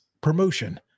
promotion